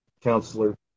Counselor